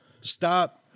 Stop